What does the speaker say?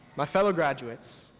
my fellow graduates,